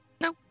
No